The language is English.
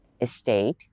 estate